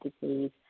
disease